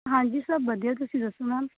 ਹਾਂਜੀ ਸਭ ਵਧੀਆ ਤੁਸੀਂ ਦੱਸੋ ਮੈਮ